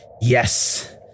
yes